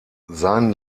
seinen